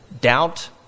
doubt